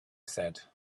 said